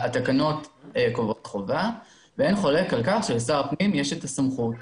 התקנות קובעות את החובה ואין חולק על כך שלשר הפנים יש את הסמכות.